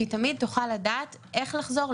שהיא תמיד תוכל לדעת איך לחזור,